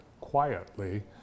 quietly